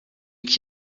qui